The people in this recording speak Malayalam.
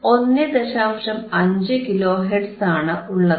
5 കിലോ ഹെർട്സ് ആണുള്ളത്